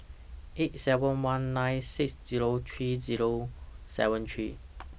eight seven one nine six Zero three Zero seven three